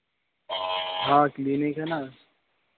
हाँ क्लिनिक है ना